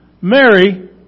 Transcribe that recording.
Mary